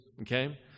Okay